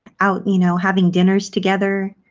out you know having dinners together.